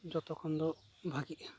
ᱡᱚᱛᱚ ᱠᱷᱚᱱᱫᱚ ᱵᱷᱟᱜᱮᱜᱼᱟ